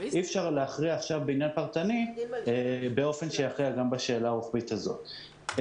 אי אפשר להכריע עכשיו בעניין פרטני באופן שיכריע גם בשאלה הרוחבית הזאת.